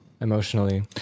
emotionally